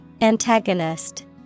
Antagonist